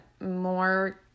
more